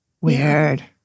weird